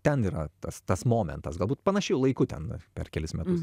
ten yra tas tas momentas galbūt panašiai laiku ten per kelis metus